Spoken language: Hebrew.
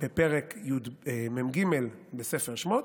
פרק מ"ג בספר שמות: